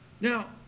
Now